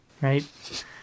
right